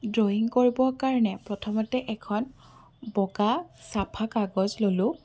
drawing কৰিবৰ কাৰণে প্ৰথমতে এখন বগা চাফা কাগজ ললোঁ